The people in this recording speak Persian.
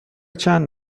چند